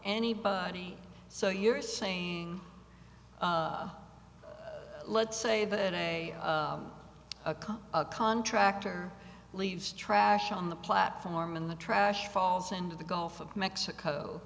anybody so you're saying let's say that a cop a contractor leaves trash on the platform in the trash falls into the gulf of mexico